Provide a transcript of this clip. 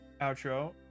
outro